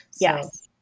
Yes